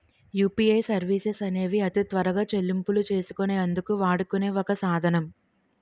UPI services అనేవి అతి త్వరగా చెల్లింపులు చేసుకునే అందుకు వాడుకునే ఒక సాధనం